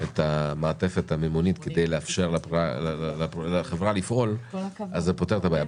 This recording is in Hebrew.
את המעטפת המימונית כדי לאפשר לחברה לפעול זה פותר את הבעיה.